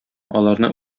аларны